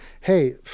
Hey